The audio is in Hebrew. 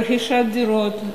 רכישת דירות,